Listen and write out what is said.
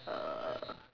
uh